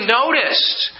noticed